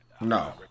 No